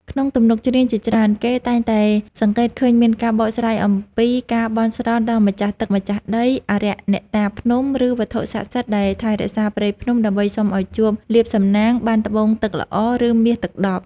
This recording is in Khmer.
ក្នុងទំនុកច្រៀងជាច្រើន គេតែងតែសង្កេតឃើញមានការបកស្រាយអំពីការបន់ស្រន់ដល់ម្ចាស់ទឹកម្ចាស់ដី អារក្សអ្នកតាភ្នំ ឬវត្ថុសក្តិសិទ្ធិដែលថែរក្សាព្រៃភ្នំ ដើម្បីសុំឱ្យជួប លាភសំណាង បានត្បូងទឹកល្អ ឬមាសទឹកដប់។